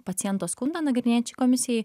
paciento skundą nagrinėjančiai komisijai